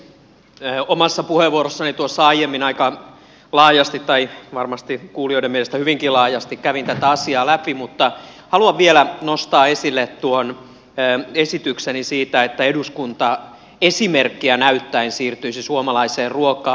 omassa puheenvuorossani tuossa aiemmin aika laajasti tai varmasti kuulijoiden mielestä hyvinkin laajasti kävin tätä asiaa läpi mutta haluan vielä nostaa esille esitykseni siitä että eduskunta esimerkkiä näyttäen siirtyisi suomalaiseen ruokaan